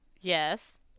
Yes